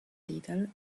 little